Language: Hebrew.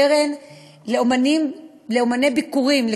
קרן לאמני ביכורים,